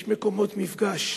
יש מקומות מפגש,